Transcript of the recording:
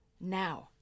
now